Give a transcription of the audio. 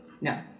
No